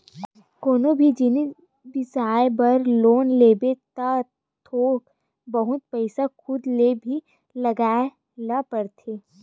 कोनो भी जिनिस बिसाए बर लोन लेबे त थोक बहुत पइसा खुद ल भी लगाए ल परथे